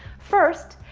first,